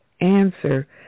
answer